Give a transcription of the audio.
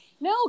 No